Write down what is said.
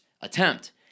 attempt